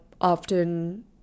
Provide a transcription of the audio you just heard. often